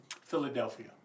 Philadelphia